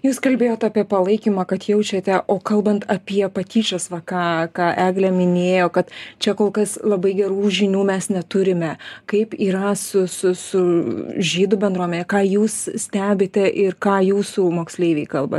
jūs kalbėjot apie palaikymą kad jaučiate o kalbant apie patyčias va ką ką eglė minėjo kad čia kol kas labai gerų žinių mes neturime kaip yra su su su žydų bendruomene ką jūs stebite ir ką jūsų moksleiviai kalba apie